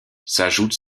s’ajoute